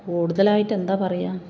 കൂടുതലായിട്ട് എന്താണ് പറയുക